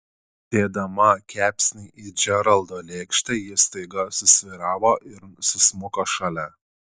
dėdama kepsnį į džeraldo lėkštę ji staiga susvyravo ir susmuko šalia